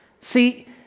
See